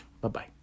Bye-bye